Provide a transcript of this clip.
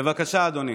בבקשה, אדוני.